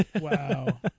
Wow